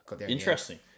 Interesting